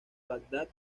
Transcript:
bagdad